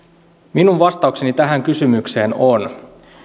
minun vastaukseni tähän kysymykseen on